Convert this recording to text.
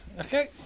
Okay